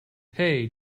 hey